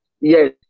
yes